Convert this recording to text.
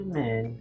men